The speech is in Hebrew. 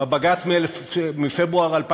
בבג"ץ מפברואר 2012,